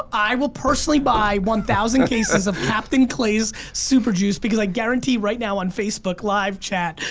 i will personally buy one thousand cases of captain clay's super juice because i guarantee right now on facebook live chat,